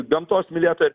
gamtos mylėtojai